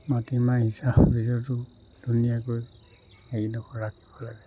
মাটিমাহ সিঁচাৰ পিছতো ধুনীয়াকৈ হেৰিডোখৰ ৰাখিব লাগে